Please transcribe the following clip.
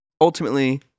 ultimately